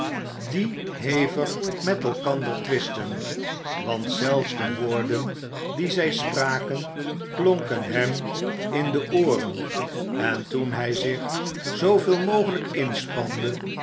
die hevig met elkander twistten want zelfs de woorden die zij spraken klonken hem in de ooren en toen hij zich zooveel mogelijk inspande